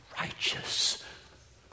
righteous